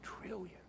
trillion